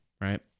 right